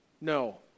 No